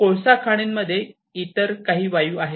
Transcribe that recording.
कोळसा खाणींमध्ये इतर काही वायू आहेत